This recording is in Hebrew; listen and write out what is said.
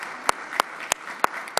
(מחיאות כפיים)